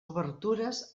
obertures